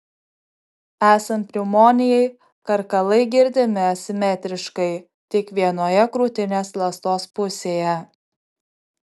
esant pneumonijai karkalai girdimi asimetriškai tik vienoje krūtinės ląstos pusėje